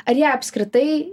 ar ją apskritai